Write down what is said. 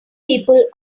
people